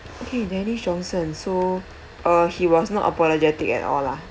okay dennis johnson so uh he was not apologetic at all lah